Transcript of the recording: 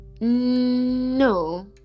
No